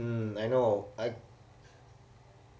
mm I know